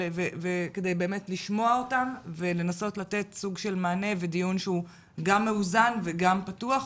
כדי לשמוע אותם ולנסות לתת סוג של מענה בדיון שהוא גם מאוזן וגם פתוח.